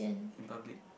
in public